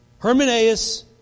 Hermeneus